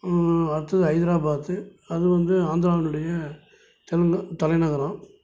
அடுத்தது ஹைதராபாத் அது வந்து ஆந்திராவின்னுடைய தெலுங்கு தலைநகரம்